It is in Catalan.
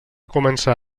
començar